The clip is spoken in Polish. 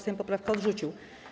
Sejm poprawkę odrzucił.